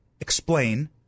explain